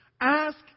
Ask